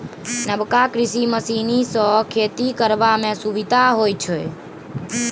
नबका कृषि मशीनरी सँ खेती करबा मे सुभिता होइ छै